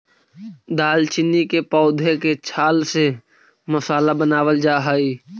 दालचीनी के पौधे के छाल से मसाला बनावाल जा हई